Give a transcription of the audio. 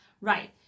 Right